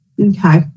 Okay